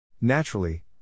Naturally